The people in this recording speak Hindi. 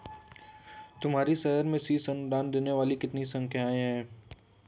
तुम्हारे शहर में शीर्ष अनुदान देने वाली कितनी संस्थाएं हैं?